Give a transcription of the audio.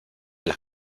las